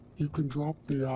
you can drop the yeah